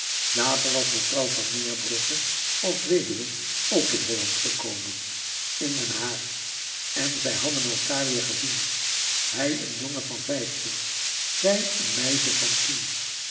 later was mevrouw van neerbrugge als weduwe ook in holland gekomen in den haag en zij hadden elkaâr weêr gezien hij een jongen van vijftien zij een meisje van tien